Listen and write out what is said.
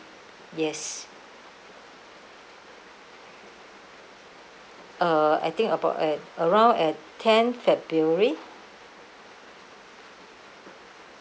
yes uh I think about a around at ten february